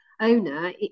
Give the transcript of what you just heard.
owner